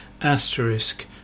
asterisk